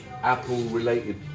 apple-related